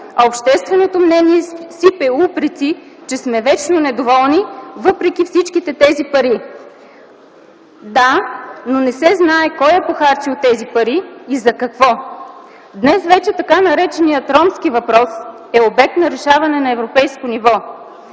а общественото мнение сипе упреци, че сме вечно недоволни, въпреки всичките тези пари. Да, но не се знае кой е похарчил тези пари и за какво. Днес вече така нареченият ромски въпрос е обект на решаване на европейско ниво.